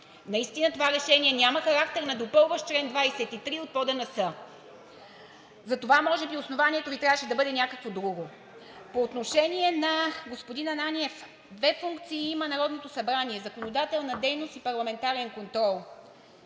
Наистина това решение няма характер на допълващ чл. 23 от ПОДНС. Затова може би основанието Ви трябваше да бъде някакво друго. По отношение на господин Ананиев – две функции има Народното събрание: законодателна дейност и парламентарен контрол.